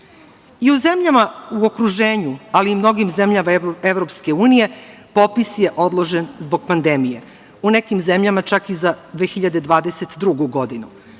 u zemljama u okruženju, ali i mnogim zemljama EU popis je odložen zbog pandemije. U nekim zemljama čak i za 2022. godinu